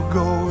go